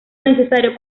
necesario